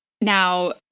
Now